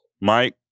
Mike